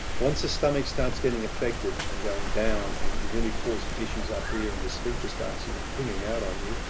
once the stomach starts getting affected and going down and really causing issues up here, and the sphincter starts you know pinging out on you,